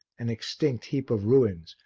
an extinct heap of ruins,